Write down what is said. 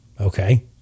Okay